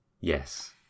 Yes